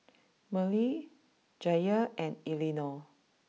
Merle Jaye and Elinore